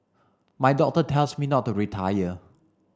my doctor tells me not to retire